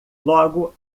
logo